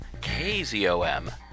KZOM